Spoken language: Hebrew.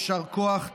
יישר כוח.